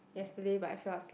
yesterday but I fell asleep